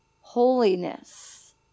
Holiness